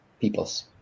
peoples